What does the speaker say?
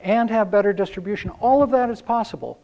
and have better distribution all of that is possible